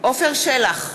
עפר שלח,